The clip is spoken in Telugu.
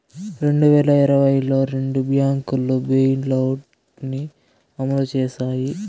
రెండు వేల ఇరవైలో రెండు బ్యాంకులు బెయిలౌట్ ని అమలు చేశాయి